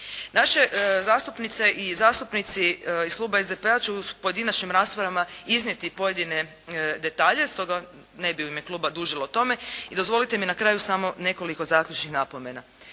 Naše zastupnice i zastupnici iz Kluba SDP- a će u pojedinačnim raspravama iznijeti pojedine detalje, stoga ne bih u ime kluba dužila o tome. I dozvolite mi na kraju samo nekoliko zaključnih napomena.